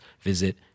visit